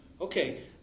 Okay